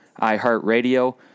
iHeartRadio